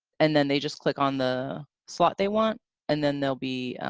and then they just click on the slot they want and then they'll be